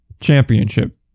championship